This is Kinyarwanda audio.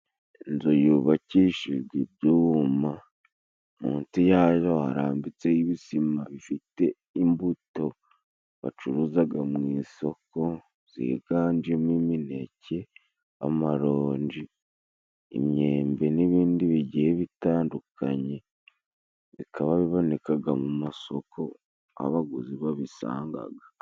Inzu yubakishijwe ibyuma, munsi yayo harambitse ibisima bifite imbuto bacuruzaga mu isoko, ziganjemo imineke, amarongi, imyembe n’ibindi bigiye bitandukanye, bikaba bibonekaga mu masoko aho abaguzi babisangaga.